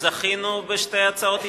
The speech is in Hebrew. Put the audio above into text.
שזכינו בשתי הצעות יצירתיות.